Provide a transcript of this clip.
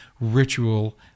ritual